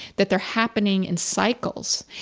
that they're happening in cycles,